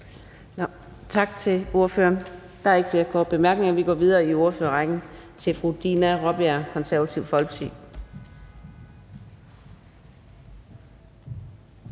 Tak til ordføreren. Der er ikke flere korte bemærkninger. Vi går videre i ordførerrækken til fru Dina Raabjerg, Det Konservative Folkeparti.